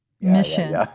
mission